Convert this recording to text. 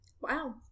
Wow